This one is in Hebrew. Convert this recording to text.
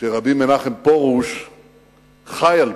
שרבי מנחם פרוש חי על-פיו.